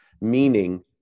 meaning